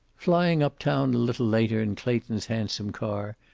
flying uptown a little later in clayton's handsome car,